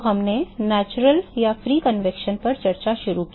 तो हमने प्राकृतिक या मुक्त संवहन पर चर्चा शुरू की